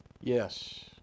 Yes